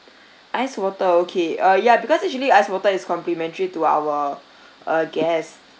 ice water okay uh ya because actually ice water is complimentary to our uh guest